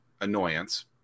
annoyance